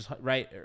right